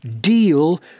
deal